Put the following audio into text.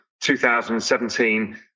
2017